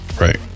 Right